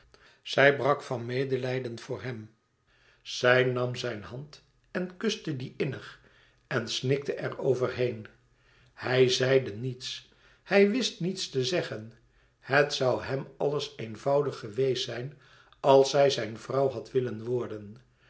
zij brak van medelijden voor hem zij nam zijn hand en kuste die innig en snikte er over heen hij zeide niets hij wist niets te zeggen het zoû hem alles eenvoudig geweest zijn als zij zijn vrouw had willen worden